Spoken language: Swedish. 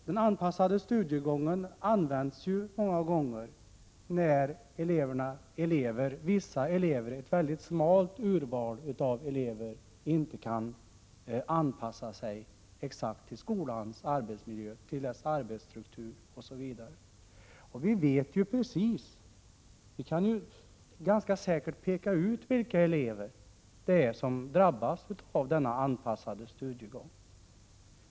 Den anpassade studiegången används många gånger när vissa elever — och det är ett smalt urval av elever — inte kan anpassa sig exakt till skolans arbetsmiljö, till dess arbetsstruktur osv. Vi vet precis — kan nästan peka ut — vilka elever det är som kommer att drabbas av denna anpassade studiegång.